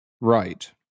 right